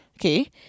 Okay